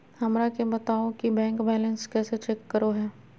हमरा के बताओ कि बैंक बैलेंस कैसे चेक करो है?